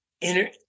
inner